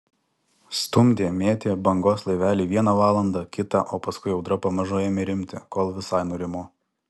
stumdė mėtė bangos laivelį vieną valandą kitą o paskui audra pamažu ėmė rimti kol visai nurimo